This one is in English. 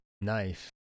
knife